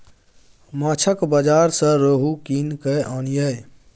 माछक बाजार सँ रोहू कीन कय आनिहे